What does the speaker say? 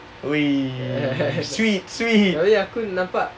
wee sweet sweet